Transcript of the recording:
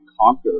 conquer